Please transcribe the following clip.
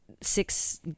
six